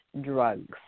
drugs